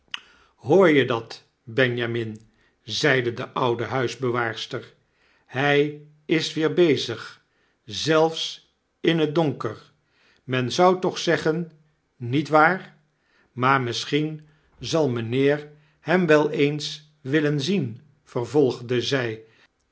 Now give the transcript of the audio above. hoor je dat benjamin zeide de oude huisbewaarster hy is weer bezig zelfs in in onaangenaam gezelschap donker men zou toch zeggen niet waar maar misschien zal mgnheer hem wel eens willen zien vervolgde zij